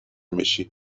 بشی